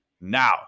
now